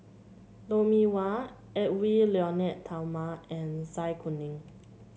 Lou Mee Wah Edwy Lyonet Talma and Zai Kuning